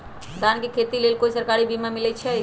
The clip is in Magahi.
धान के खेती के लेल कोइ सरकारी बीमा मलैछई?